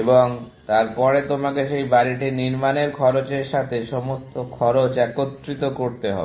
এবং তারপরে তোমাকে সেই বাড়িটি নির্মাণের খরচের সাথে সমস্ত খরচ একত্রিত করতে হবে